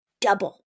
double